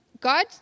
God